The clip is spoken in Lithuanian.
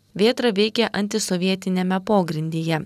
vėtra veikė antisovietiniame pogrindyje